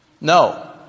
No